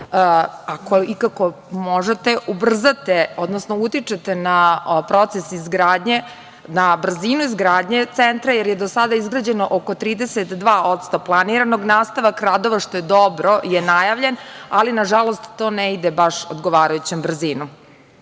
ako ikako možete, ubrzate, odnosno utičete na proces izgradnje, na brzinu izgradnje centra, jer je do sada izgrađeno oko 32% planiranog. Nastavak radova, što je dobro, je najavljen, ali nažalost ne ide baš odgovarajućom